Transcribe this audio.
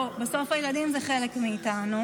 בוא, בסוף הילדים הם חלק מאיתנו.